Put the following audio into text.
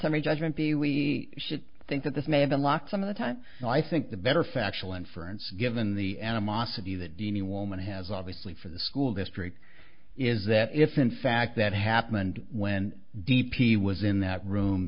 summary judgment be we should think that this may have been locked some of the time and i think the better factual inference given the animosity that the new woman has obviously for the school district is that if in fact that happened when d p was in that room